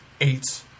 eight